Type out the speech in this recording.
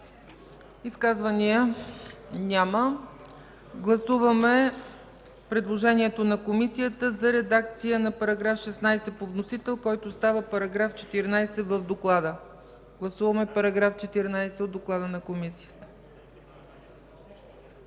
Изказвания? Няма. Гласуваме предложението на Комисията за редакцията на § 16 по вносител, който става § 14 в доклада. Гласуваме § 14 от доклада на Комисията.